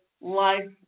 life